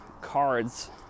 cards